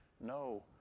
no